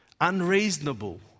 unreasonable